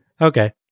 Okay